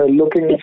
looking